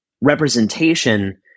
representation